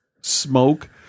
smoke